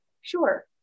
Sure